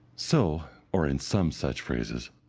so, or in some such phrases,